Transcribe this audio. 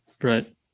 right